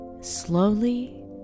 Slowly